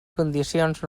condicions